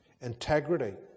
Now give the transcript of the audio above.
Integrity